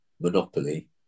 Monopoly